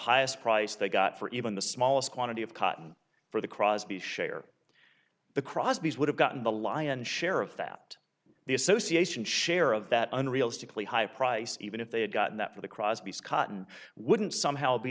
highest price they got for even the smallest quantity of cotton for the crosby share the crosby's would have gotten the lion share of that the association share of that unrealistically high price even if they had gotten that for the crosspiece cotton wouldn't somehow be